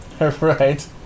right